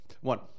one